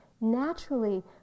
naturally